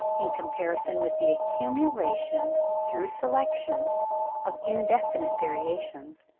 in comparison with the accumulation through selection of indefinite variations,